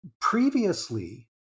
Previously